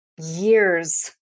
years